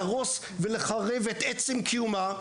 להרוס ולחרב את עצם קיומה,